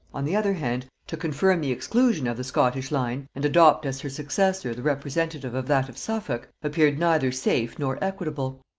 on the other hand, to confirm the exclusion of the scottish line, and adopt as her successor the representative of that of suffolk, appeared neither safe nor equitable.